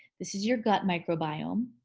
this is your gut microbiome.